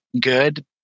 good